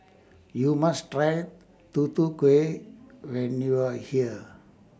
YOU must Try Tutu Kueh when YOU Are here